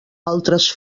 altres